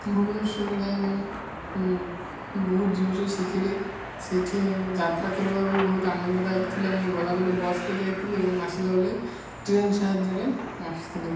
ଭୁବନେଶ୍ୱରରେ ଯାଇ ମୁଁ ବହୁତ ଜିନିଷ ଶିଖିଲି ସେଇଠି ଯାତ୍ରା କରିବା ବି ବହୁତ ଆନନ୍ଦଦାୟକ ଥିଲା ମୁଁ ଗଲାବେଳେ ବସ୍ରେ ଯାଇଥିଲି ଏବଂ ଆସିଲା ବେଳେ ଟ୍ରେନ୍ ସାହାଯ୍ୟରେ ଆସିଥିଲି